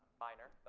minor.